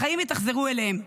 החיים התאכזרו אליהם,